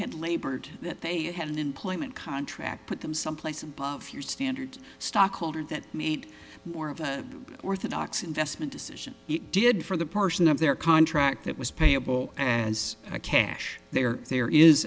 had labored that they had an employment contract put them someplace and if your standard stockholder that made more of a orthodox investment decision did for the person of their contract that was payable as a cash they are there is